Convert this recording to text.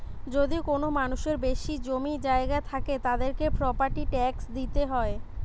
যদি কোনো মানুষের বেশি জমি জায়গা থাকে, তাদেরকে প্রপার্টি ট্যাক্স দিইতে হয়